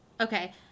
Okay